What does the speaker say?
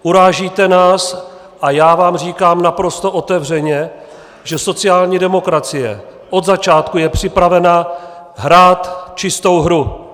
Urážíte nás a já vám říkám naprosto otevřeně, že sociální demokracie od začátku je připravena hrát čistou hru.